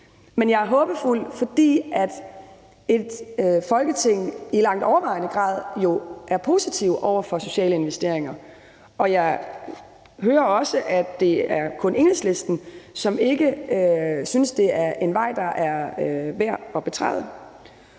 Men jeg er håbefuld, fordi Folketinget i langt overvejende grad er positive over for sociale investeringer. Og jeg hører også, at det kun er Enhedslisten, som ikke synes, at det er en vej, der er værd at betræde.